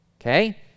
Okay